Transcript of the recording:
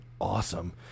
awesome